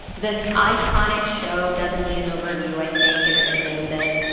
this iconic show doesn't need an overview i think. everybody knows it.